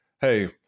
hey